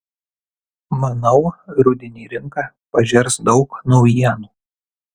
manau rudenį rinka pažers daug naujienų